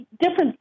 different